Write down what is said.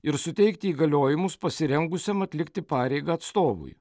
ir suteikti įgaliojimus pasirengusiam atlikti pareigą atstovui